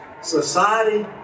society